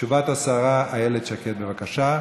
תשובת השרה איילת שקד, בבקשה.